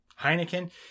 Heineken